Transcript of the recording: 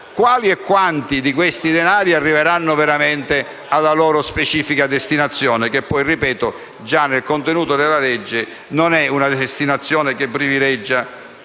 quali e quanti di questi denari arriveranno veramente alla loro specifica destinazione, che poi - lo ripeto - già nel contenuto della legge non è una destinazione che privilegia